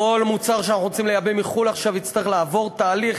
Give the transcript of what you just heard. כל מוצר שאנחנו רוצים לייבא מחו"ל עכשיו יצטרך לעבור תהליך,